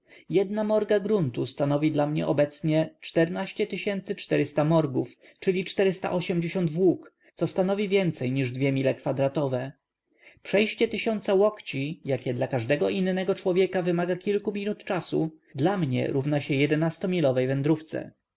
jedna morga gruntu stanowi dla mnie obecnie morgów czyli włók co stanowi więcej niż dwie mile kwadratowe przejście tysiąca łokci jakie dla każdego innego człowieka wymaga kilku minut czasu dla mnie równa się jedenastomilowej wędrówce